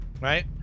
right